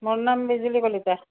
মোৰ নাম বিজুলি কলিতা